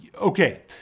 okay